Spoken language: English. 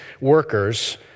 workers